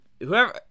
whoever